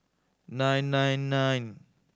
nine nine nine